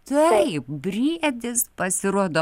taip briedis pasirodo